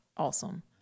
Awesome